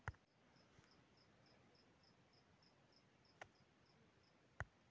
कृषि उत्पाद में अंगूर के खेती शुष्क प्रदेश में होवऽ हइ